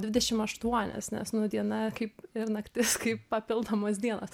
dvidešimt aštuonias nes diena kaip ir naktis kaip papildomos dienos